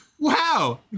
Wow